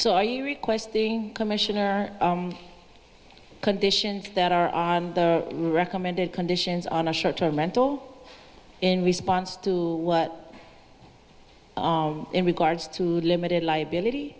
so are you requesting commissioner conditions that are on the recommended conditions on a short term mental in response to what in regards to limited liability